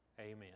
Amen